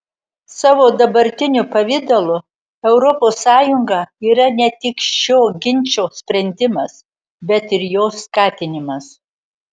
savo dabartiniu pavidalu europos sąjunga yra ne tik šio ginčo sprendimas bet ir jo skatinimas